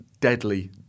deadly